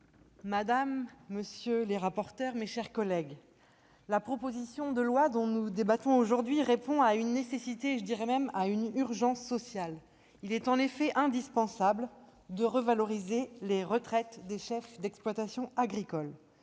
madame, monsieur les rapporteurs, mes chers collègues, la proposition de loi dont nous débattons aujourd'hui répond à une nécessité et à une urgence sociale. Il est en effet indispensable de revaloriser les retraites des chefs d'exploitation agricole.